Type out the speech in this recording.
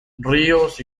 ríos